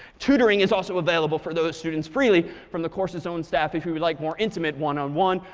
tutoring is also available for those students, freely from the course's own staff if you would like more intimate one on one,